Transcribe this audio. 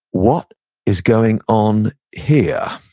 what is going on here?